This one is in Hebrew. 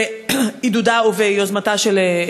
בעידודה וביוזמתה של,